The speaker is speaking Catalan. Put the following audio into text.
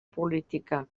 política